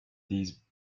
these